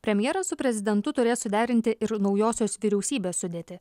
premjeras su prezidentu turės suderinti ir naujosios vyriausybės sudėtį